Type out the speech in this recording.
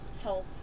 health